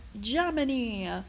germany